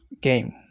game